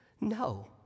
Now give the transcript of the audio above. no